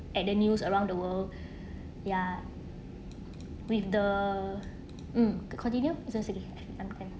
at the news around the world ya with the mm continue sorry sorry